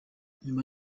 nyuma